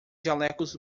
jalecos